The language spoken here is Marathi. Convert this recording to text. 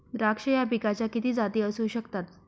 द्राक्ष या पिकाच्या किती जाती असू शकतात?